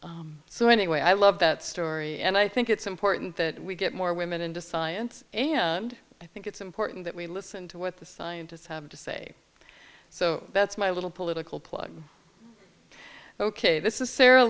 so anyway i love that story and i think it's important that we get more women into science and i think it's important that we listen to what the scientists have to say so that's my little political plug ok this is sarah